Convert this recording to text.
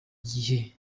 gihe